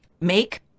make